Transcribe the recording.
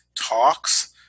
talks